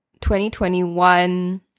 2021